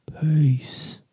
Peace